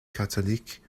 catholiques